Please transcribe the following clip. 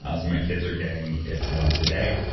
ah so my kids are getting it once a day,